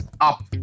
up